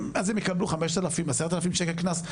אז הם יקבלו 5,000-10,000 שקלים קנס.